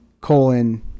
Colon